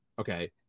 Okay